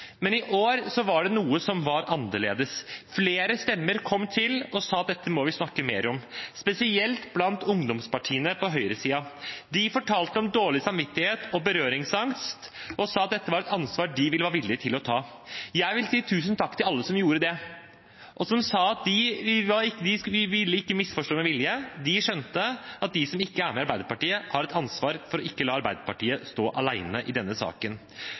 I år var det noe som var annerledes. Flere stemmer kom til og sa at vi måtte snakke mer om dette, spesielt blant ungdomspartiene på høyresiden. De fortalte om dårlig samvittighet og berøringsangst, og sa at dette var et ansvar de var villige til å ta. Jeg vil si tusen takk til alle som gjorde det, og som sa at de ikke ville misforstå med vilje. De skjønte at de som ikke er med i Arbeiderpartiet, har et ansvar for ikke å la Arbeiderpartiet stå alene i denne saken.